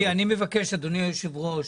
אני מבקש אדוני היושב-ראש,